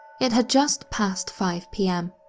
it had just passed five pm.